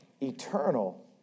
eternal